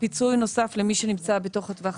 -- או פיצוי נוסף למי נמצא בתוך הטווח.